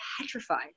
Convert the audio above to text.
petrified